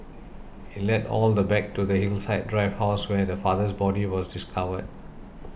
it led all the back to the Hillside Drive house where the father's body was discovered